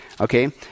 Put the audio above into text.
okay